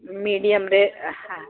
medium रे हा हा